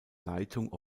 leitung